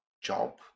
job